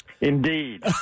Indeed